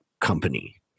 company